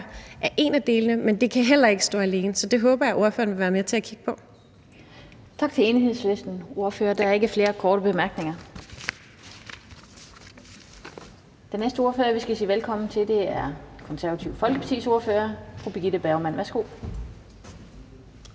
er en af delene, men det kan heller ikke stå alene. Så det håber jeg at ordføreren vil være med til at kigge på. Kl. 17:23 Den fg. formand (Annette Lind): Tak til Enhedslistens ordfører. Der er ikke flere korte bemærkninger. Den næste ordfører, vi skal sige velkommen til, er Det Konservative Folkepartis ordfører, fru Birgitte Bergman. Værsgo.